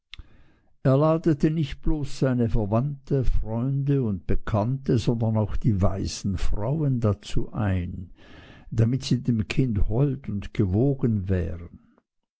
er ladete nicht bloß seine verwandte freunde und bekannte sondern auch die weisen frauen dazu ein damit sie dem kind hold und gewogen wären